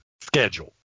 schedule